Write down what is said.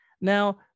now